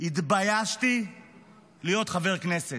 התביישתי להיות חבר כנסת.